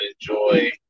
enjoy